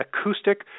acoustic